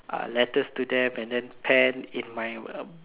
uh letters to them and then pen in my